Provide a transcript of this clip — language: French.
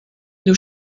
nous